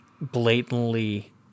blatantly